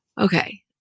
Okay